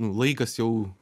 nu laikas jau